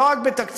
לא רק בתקציבים,